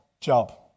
Job